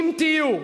אם תהיו.